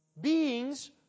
beings